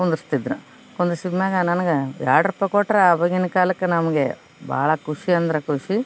ಕುಂದಸ್ತಿದ್ರು ಕುಂದರ್ಸಿದ್ಮ್ಯಾಗ ನನ್ಗೆ ಎರಡು ರೂಪಾಯಿ ಕೊಟ್ರು ಆವಾಗಿನ ಕಾಲಕ್ಕೆ ನಮಗೆ ಭಾಳ ಖುಷಿ ಅಂದ್ರ ಖುಷಿ